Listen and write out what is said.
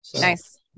Nice